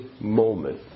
moment